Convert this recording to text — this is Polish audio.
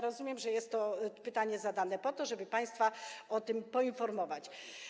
Rozumiem, że jest to pytanie zadane po to, żeby państwa o tym poinformować.